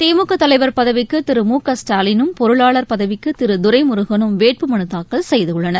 திமுக தலைவர் பதவிக்கு திரு மு க ஸ்டாவினும் பொருளாளர் பதவிக்கு திரு துரைமுருகனும் வேட்பு மனுதாக்கல் செய்துள்ளனர்